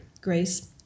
grace